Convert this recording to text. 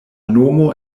nomo